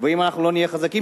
ואם לא נהיה חזקים,